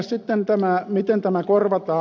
sitten se miten tämä korvataan